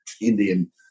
Indian